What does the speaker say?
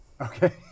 Okay